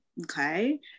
okay